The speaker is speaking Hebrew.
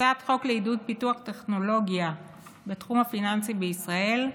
הצעת חוק לעידוד פיתוח טכנולוגיה בתחום הפיננסי בישראל,